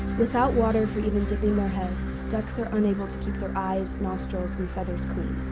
without water for you know dipping their heads, ducks are unable to keep their eyes, nostrils and feathers clean,